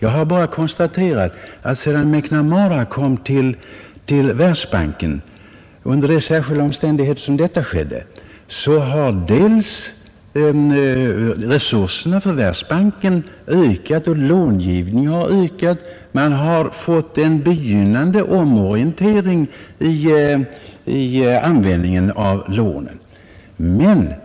Jag har bara konstaterat att sedan MacNamara, under de särskilda omständigheter som rådde, kom till Världsbanken har dennas resurser och långivningen ökat. Man har fått en begynnande omorientering vid långivningen.